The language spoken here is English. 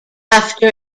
after